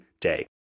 day